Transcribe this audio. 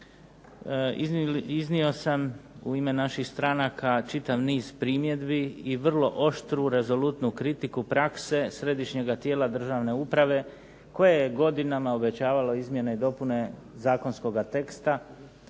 iznio sam u ime naših stranaka čitav niz primjedbi i vrlo oštru, rezolutnu kritiku prakse Središnjega tijela državne uprave koje je godinama obećavalo izmjene i dopune zakonskoga teksta